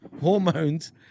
hormones